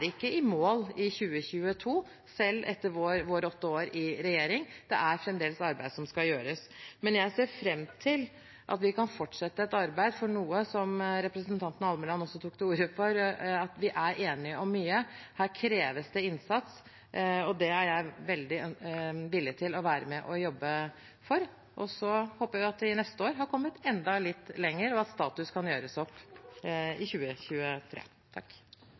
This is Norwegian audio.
ikke i mål i 2022, selv etter våre åtte år i regjering. Det er fremdeles arbeid som skal gjøres, men jeg ser fram til at vi kan fortsette dette arbeidet, for – som representanten Almeland også tok til orde for – vi er enige om mye. Her kreves det innsats, og det er jeg veldig villig til å være med og jobbe for. Og så håper jeg at vi neste år har kommet enda litt lenger, og at status kan gjøres opp i 2023.